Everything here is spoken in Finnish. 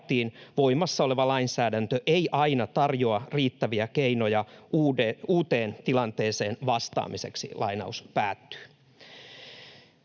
voimassa oleva lainsäädäntö ei aina tarjoa riittäviä keinoja uuteen tilanteeseen vastaamiseksi.” Viime vuoden